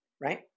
right